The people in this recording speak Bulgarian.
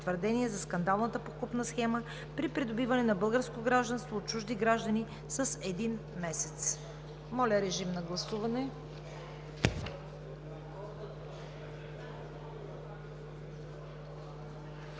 Моля, режим на гласуване.